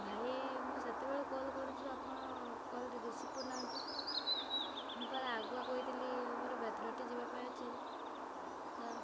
ଭାଇ ମୁଁ ସେତେବେଳୁ କଲ୍ କରୁଛି ଆପଣ କଲ୍ଟି ରିସିଭ୍ କରୁନାହାନ୍ତି ମୁଁ ପରା ଆଗୁଆ କହିଥିଲି ମୋର ବେତନଠି ଯିବା ପାଇଁ ଅଛି ତ